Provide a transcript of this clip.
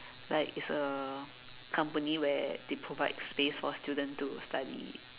like it's a company where they provide space for student to study